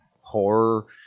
horror